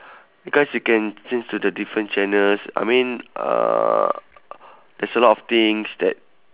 because you can change to the different channels I mean uh there's a lot things that